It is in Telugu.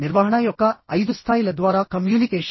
నిర్వహణ యొక్క ఐదు స్థాయిల ద్వారా కమ్యూనికేషన్